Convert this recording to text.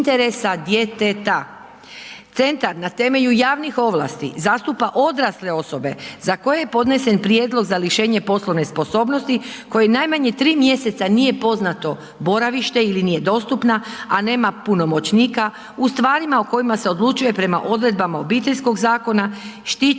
Centar na temelju javnih ovlasti zastupa i odrasle osobe za koje je podnesen prijedlog za lišenje poslove sposobnosti koje najmanje 3 mjeseca nije poznato boravište ili nije dostupna, a nema punomoćnika u stvarima u kojima se odlučuje prema odredbama Obiteljskog zakonika